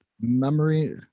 Memory